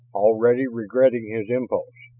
already regretting his impulse.